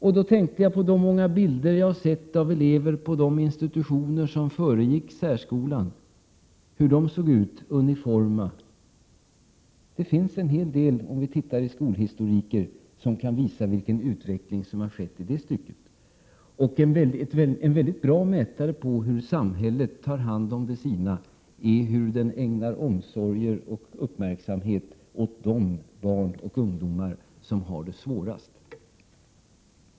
Jag tänkte på de många bilder jag har sett av elever på de institutioner som föregick särskolan, tänkte på hur uniforma de såg ut. Om vi tittar i skolhistorien kan vi hitta en hel del som kan visa vilken utveckling som har skett i det stycket. — En mycket bra mätare på hur samhället tar hand om de sina är hur det ägnar omsorg och uppmärksamhet åt de barn och ungdomar som har det svårast.